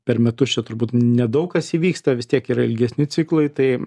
per metus čia turbūt nedaug kas įvyksta vis tiek yra ilgesni ciklai tai